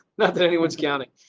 that anyone's counting.